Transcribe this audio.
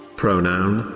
pronoun